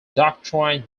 doctrine